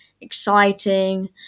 exciting